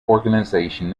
organisation